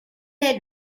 est